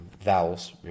vowels